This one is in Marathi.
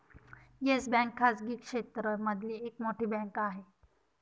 येस बँक खाजगी क्षेत्र मधली एक मोठी बँक आहे